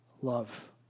love